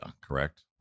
correct